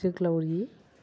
जोग्लावरि